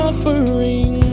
Offering